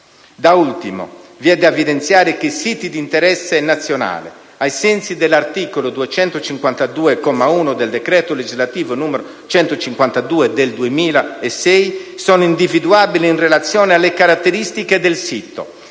Da ultimo, vi è da evidenziare che i siti di interesse nazionale (SIN), ai sensi dell'articolo 252, comma 1, del decreto legislativo n. 152 del 2006, sono individuabili in relazione alle caratteristiche del sito,